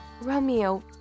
Romeo